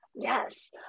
Yes